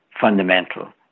fundamental